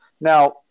Now